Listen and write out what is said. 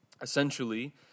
Essentially